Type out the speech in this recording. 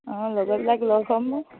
অঁ লগৰবিলাক লগ হ'মও